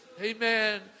Amen